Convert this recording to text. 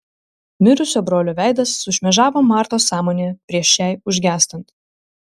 mirusio brolio veidas sušmėžavo martos sąmonėje prieš šiai užgęstant